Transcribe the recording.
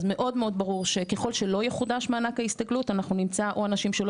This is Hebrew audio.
אז מאוד מאוד ברור שככל שלא יחודש מענק ההסתגלות אנחנו נמצא או אנשים שלא